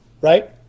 right